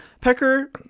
Pecker